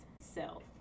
self